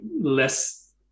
less